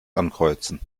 ankreuzen